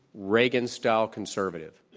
reagan-style conservative.